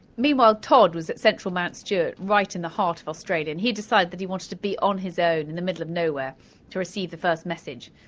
meanwhile todd was at central mount stewart right in the heart of australia, and he decided that he wanted to be on his in the middle of nowhere to receive the first message.